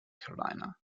carolina